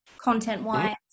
content-wise